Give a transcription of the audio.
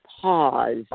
pause